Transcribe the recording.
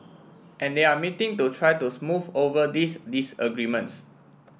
and they are meeting to try to smooth over these disagreements